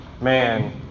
man